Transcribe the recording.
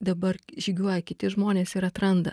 dabar žygiuoja kiti žmonės ir atranda